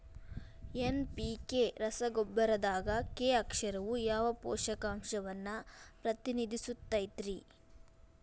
NPK ರಸಗೊಬ್ಬರದಾಗ K ಅಕ್ಷರವು ಯಾವ ಪೋಷಕಾಂಶವನ್ನ ಪ್ರತಿನಿಧಿಸುತೈತ್ರಿ?